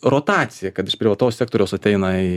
rotacija kad iš privataus sektoriaus ateina į